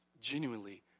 genuinely